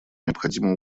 необходимо